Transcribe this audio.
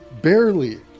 Barely